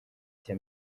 cya